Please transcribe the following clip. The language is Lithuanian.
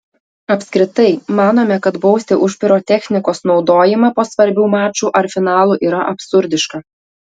apskritai manome kad bausti už pirotechnikos naudojimą po svarbių mačų ar finalų yra absurdiška